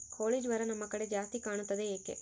ಕೋಳಿ ಜ್ವರ ನಮ್ಮ ಕಡೆ ಜಾಸ್ತಿ ಕಾಣುತ್ತದೆ ಏಕೆ?